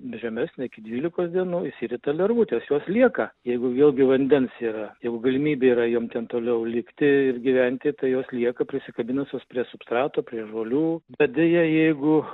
žemesnė iki dvylikos dienų išsirita lervutės jos lieka jeigu vėlgi vandens yra jeigu galimybė yra jom ten toliau likti ir gyventi tai jos lieka prisikabinusios prie substrato prie žolių bet deja jeigu